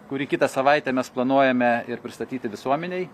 kurį kitą savaitę mes planuojame ir pristatyti visuomenei